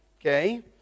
Okay